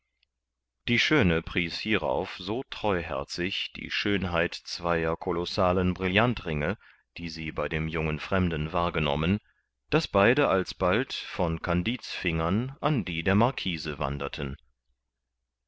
die schöne pries hierauf so treuherzig die schönheit zweier kolossalen brillantringe die sie bei dem jungen fremden wahrgenommen daß beide alsbald kandid's fingern an die der marquise wanderten